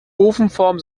ofenform